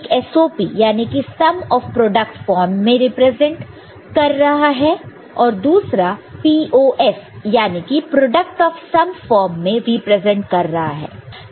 एक SOP याने की सम ऑफ प्रोडक्ट फॉर्म में रिप्रेजेंट कर रहा है और दूसरा POS जाने की प्रोडक्ट ऑफ सम फॉर्म में रिप्रेजेंट कर रहा है